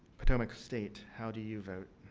potomac state, how do you vote?